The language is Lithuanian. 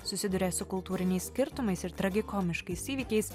susiduria su kultūriniais skirtumais ir tragikomiškais įvykiais